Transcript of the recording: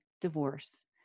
divorce